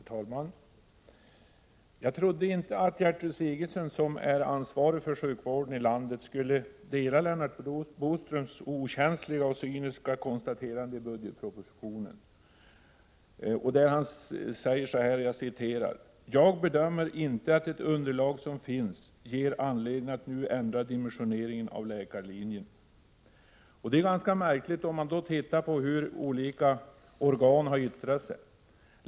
Herr talman! Jag trodde inte att Gertrud Sigurdsen, som är ansvarig för sjukvården i landet, skulle instämma i Lennart Bodströms okänsliga och cyniska konstaterande i budgetpropositionen, där han säger: ”Jag bedömer inte att det underlag som har redovisats ger anledning att nu ändra dimensioneringen av läkarlinjen.” Det uttalandet är ganska märkligt, om man ser på vad olika organ har yttrat.